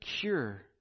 cure